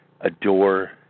adore